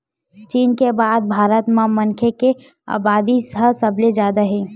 चीन के बाद भारत म मनखे के अबादी ह सबले जादा हे